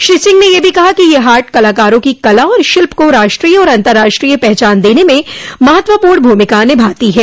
श्री सिंह ने यह भी कहा कि यह हाट कलाकारों की कला और शिल्प को राष्ट्रीय और अंतर्राष्ट्रीय पहचान देने में महत्वूपर्ण भूमिका निभाती है